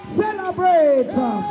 celebrate